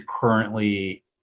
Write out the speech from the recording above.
currently